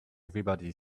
everybody